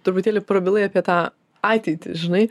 truputėlį prabilai apie tą ateitį žinai